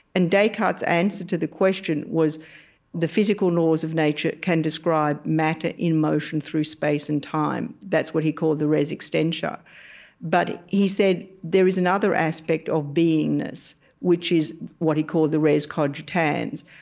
and descartes's answer to the question was the physical laws of nature can describe matter in motion through space and time. that's what he called the res extensa but he said there is another aspect of beingness which is what he called the res cogitans,